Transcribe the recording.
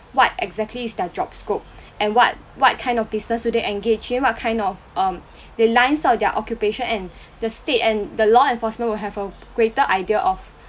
what exactly is their job scope and what what kind of business do they engage in what kind of um they lines out their occupation and the state and the law enforcement would have a greater idea of